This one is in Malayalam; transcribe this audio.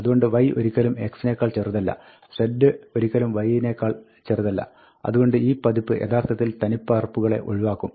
അതുകൊണ്ട് y ഒരിക്കലും x നേക്കാൾ ചെറുതല്ല z ഒരിക്കലും y നേക്കാൾ ചെറുതല്ല അതുകൊണ്ട് ഈ പതിപ്പ് യഥാർത്ഥത്തിൽ തനിപ്പകർപ്പുകളെ ഒഴിവാക്കും